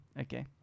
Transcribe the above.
Okay